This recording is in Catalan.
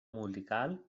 musical